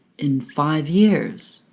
in five years.